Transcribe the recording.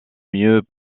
mieux